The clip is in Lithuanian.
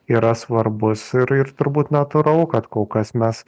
yra svarbus ir ir turbūt natūralu kad kol kas mes